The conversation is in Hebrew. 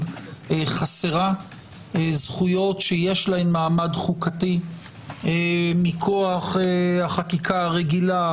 חסרה זכויות שיש להן מעמד חוקתי מכוח החקיקה הרגילה,